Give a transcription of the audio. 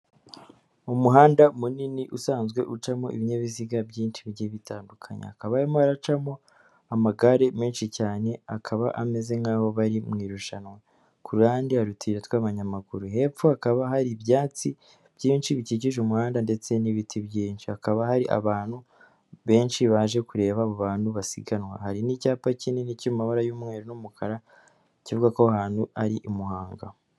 Umuhanda munini usanzwe ucamo ibinyabiziga byinshi bigiye bitandukanye, hakaba harimo haracamo amagare menshi cyane akaba ameze nk'aho bari mu irushanwa. Ku ruhande hari utuyira tw'abanyamaguru hepfo hakaba hari ibyatsi byinshi bikikije umuhanda ndetse n'ibiti byinshi, hakaba hari abantu benshi baje kureba abo bantu basiganwa, hari n'icyapa kinini kiri mu mabara y'umweru n'umukara kivuga ko ahantu ari i Muhanga.